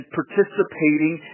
participating